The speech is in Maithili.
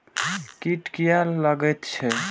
कीट किये लगैत छै?